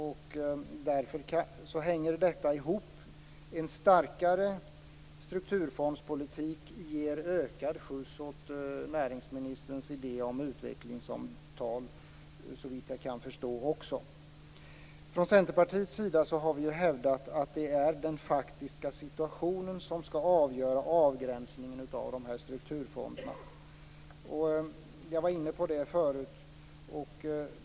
Därför hänger detta ihop. En starkare strukturfondspolitik ger ökad skjuts åt näringsministerns idé om utvecklingssamtal, såvitt jag kan förstå. Från Centerpartiets sida har vi hävdat att det är den faktiska situationen som skall avgöra avgränsningen av strukturfonderna. Jag var inne på det förut.